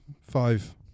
Five